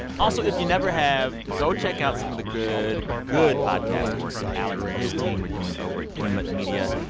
also, if you never have, go check out some of the good, good podcast work that alex and his team are doing over ah gimlet media.